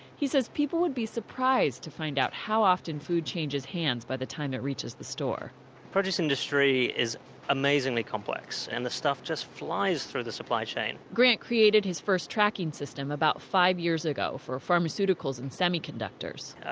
he says people would be surprised to find out how often food changes hands by the time it reaches the store. the produce industry is amazingly complex. and the stuff just flies through the supply chain. grant created his first tracking system about five years ago for pharmaceuticals and semiconductors.